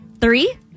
Three